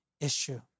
issue